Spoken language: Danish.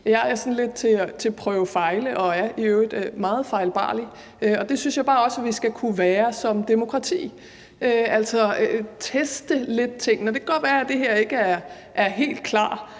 Jeg er sådan lidt til at prøve-fejle og er i øvrigt meget fejlbarlig, og det synes jeg bare også vi skal kunne være som demokrati og altså kunne teste tingene lidt. Og det kan godt være, at det her ikke er helt klart,